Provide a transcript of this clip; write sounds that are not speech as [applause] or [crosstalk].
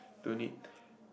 don't need [breath]